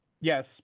yes